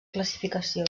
classificació